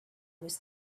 was